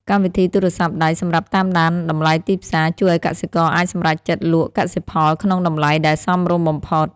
កម្មវិធីទូរស័ព្ទដៃសម្រាប់តាមដានតម្លៃទីផ្សារ ជួយឱ្យកសិករអាចសម្រេចចិត្តលក់កសិផលក្នុងតម្លៃដែលសមរម្យបំផុត។